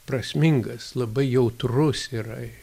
prasmingas labai jautrus yra